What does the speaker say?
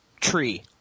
tree